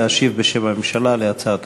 להשיב בשם הממשלה על הצעת